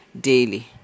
daily